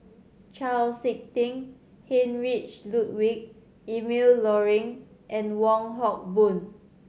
Chau Sik Ting Heinrich Ludwig Emil Luering and Wong Hock Boon